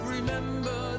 Remember